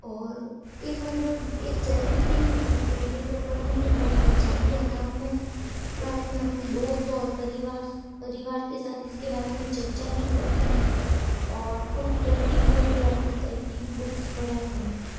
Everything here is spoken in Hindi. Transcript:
और एक मतलब एक चैलेंजिंग रूप है ये सब पढ़ने में बहुत मजा भी आता है और मैं इस बारे में अपने दोस्तों और परिवार परिवार के साथ इसके बारे में चर्चा भी करती हूँ और उनको कहती भी हूँ भी आप इस टाइप की बुक्स पढ़ा करो